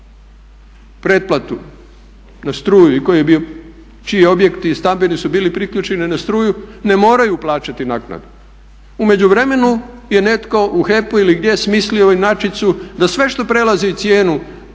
pretplatu na struju i čiji stambeni objekti su bili priključeni na struju ne moraju plaćati naknadu. U međuvremenu je netko u HEP-u ili gdje smislio inačicu da sve što prelazi cijenu